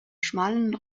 schmalen